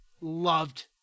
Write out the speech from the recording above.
loved